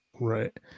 Right